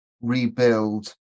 rebuild